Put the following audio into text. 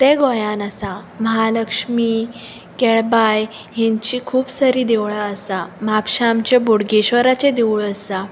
तें गोंयान आसा म्हालक्ष्मी केळबाय हांचीं खूब सारी देवळां आसा म्हापशा आमचें बोडगेश्वराचें देवूळ आसा